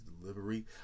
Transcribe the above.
delivery